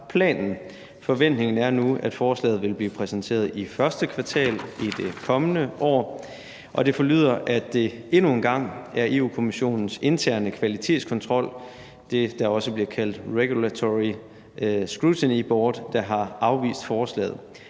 Forventningen er nu, at forslaget vil blive præsenteret i første kvartal i det kommende år, og det forlyder, at det endnu en gang er Europa-Kommissionens interne kvalitetskontrol – det, der også bliver kaldt Regulatory Scrutiny Board – der har afvist forslaget.